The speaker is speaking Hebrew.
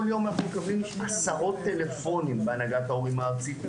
כל יום אנחנו מקבלים עשרות טלפונים בהנהגת ההורים הארצית.